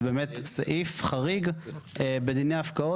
זה באמת סעיף חריג בדיני הפקעות.